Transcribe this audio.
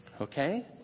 Okay